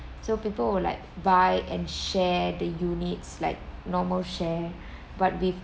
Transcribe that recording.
so people will like buy and share the units like normal share but with